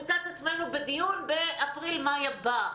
נמצא את עצמנו בדיון באפריל-מאי הבא.